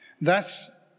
Thus